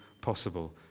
possible